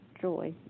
joy